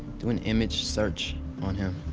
do an image search on him.